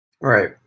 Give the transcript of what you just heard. Right